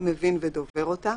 מבין ודובר אותה,